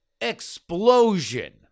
explosion